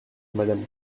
madame